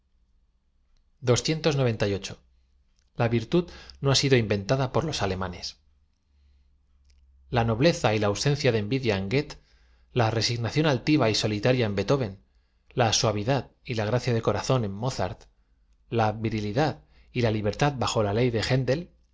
a virtud no ha sido inventada p o r los alemanes l a nobleza y la ausencia de envidia en goethe la resignación a ltiv a y solitaria en beethoven la suavi dad y la gracia de corazón en m ozart la virilidad y la libertad bajo la le y